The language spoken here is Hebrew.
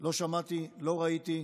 לא שמעתי, לא ראיתי.